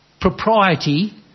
propriety